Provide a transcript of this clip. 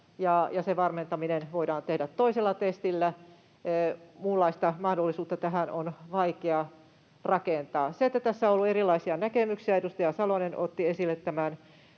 se varmentaminen voidaan tehdä toisella testillä. Muunlaista mahdollisuutta tähän on vaikea rakentaa. Tässä on ollut erilaisia näkemyksiä, ja edustaja Salonen otti esille tämän,